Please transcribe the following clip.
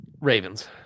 Ravens